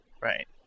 Right